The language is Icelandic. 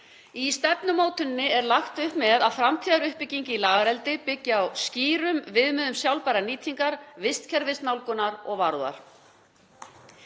Í stefnumótuninni er lagt upp með að framtíðaruppbygging í lagareldi byggi á skýrum viðmiðum sjálfbærrar nýtingar, vistkerfisnálgunar og varúðar.